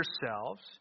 yourselves